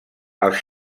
els